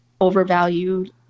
overvalued